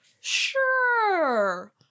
sure